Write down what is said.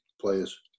players